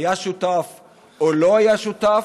היה שותף או לא היה שותף,